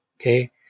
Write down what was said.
Okay